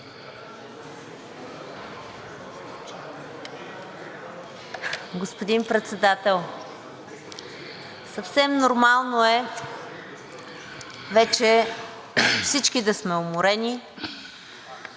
Господин Председател, съвсем нормално е вече всички да сме уморени,